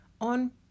on